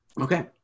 Okay